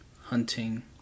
hunting